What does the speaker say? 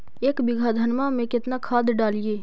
एक बीघा धन्मा में केतना खाद डालिए?